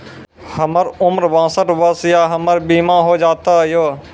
हमर उम्र बासठ वर्ष या हमर बीमा हो जाता यो?